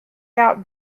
out